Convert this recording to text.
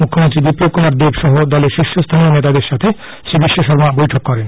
মুখ্যমন্ত্রী বিপ্লব কুমার দেব সহ দলের শীর্ষস্হানীয় নেতাদের সাথে শ্রী বিশ্বশর্মা বৈঠক করেন